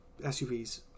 SUVs